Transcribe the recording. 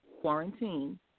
quarantine